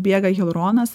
bėga hialuronas